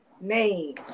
Name